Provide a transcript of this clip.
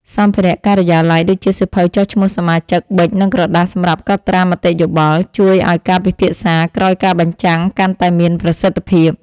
សម្ភារៈការិយាល័យ ដូចជាសៀវភៅចុះឈ្មោះសមាជិក ប៊ិច និងក្រដាសសម្រាប់កត់ត្រាមតិយោបល់ ជួយឱ្យការពិភាក្សាក្រោយការបញ្ចាំងកាន់តែមានប្រសិទ្ធភាព។